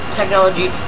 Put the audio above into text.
technology